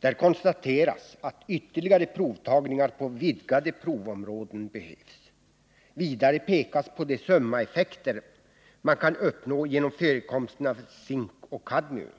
Där konstateras att ytterligare provtagningar på vidgade provområden behövs. Vidare pekas på de summaeffekter man kan uppnå genom förekomsterna av zink och kadmium.